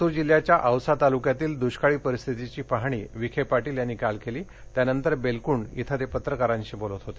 लातूर जिल्ह्याच्या औसा तालुक्यातील दुष्काळी परिस्थितीची पाहणी विखे पाटील यांनी काल केली त्यानंतर बेलकुंड इथं ते पत्रकारांशी बोलत होते